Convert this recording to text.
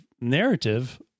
narrative